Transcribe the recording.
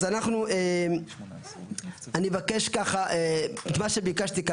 מה שביקשנו כאן,